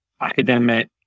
academic